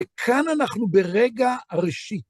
כאן אנחנו ברגע ראשי